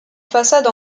façade